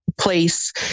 place